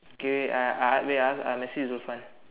okay wait I ask wait ah I message Zulfan